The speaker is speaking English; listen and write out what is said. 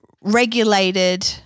regulated